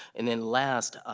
and then last,